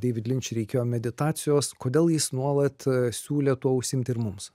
deivid linč reikėjo meditacijos kodėl jis nuolat siūlė tuo užsiimti ir mums